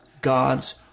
God's